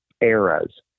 eras